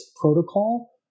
protocol